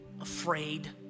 afraid